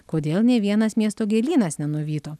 kodėl nei vienas miesto gėlynas nenuvyto